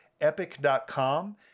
Epic.com